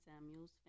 Samuels